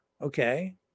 Okay